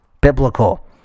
biblical